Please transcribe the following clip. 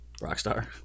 rockstar